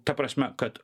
ta prasme kad